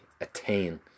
attain